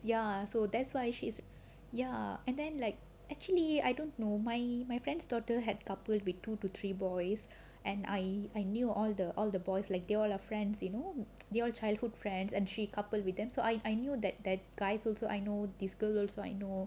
ya so that's why she's ya and then like actually I don't know my my friend's daughter had coupled with two to three boys and I knew all the all the boys like they all your friends you know they all childhood friends and she coupled with them so I I knew that the guys also I know this girl also I know